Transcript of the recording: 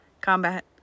combat